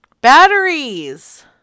Batteries